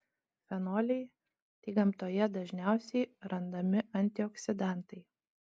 fenoliai tai gamtoje dažniausiai randami antioksidantai